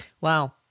Wow